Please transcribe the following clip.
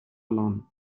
along